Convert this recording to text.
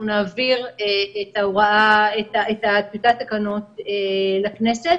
אנחנו נעביר את טיוטת התקנות לכנסת.